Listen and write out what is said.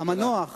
המנוח